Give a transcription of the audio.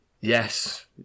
Yes